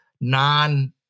non-